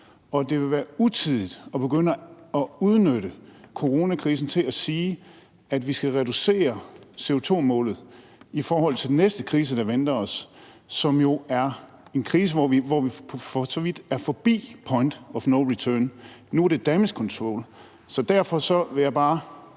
det ville være utidigt at begynde at udnytte coronakrisen til at sige, at vi skal reducere CO₂-målet, i forhold til den næste krise, der venter os, som jo er en krise, hvor vi for så vidt er forbi point of no return – nu er det damage control. Så derfor vil jeg bare